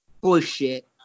bullshit